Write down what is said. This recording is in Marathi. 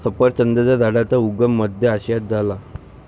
सफरचंदाच्या झाडाचा उगम मध्य आशियात झाला